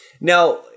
Now